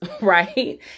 right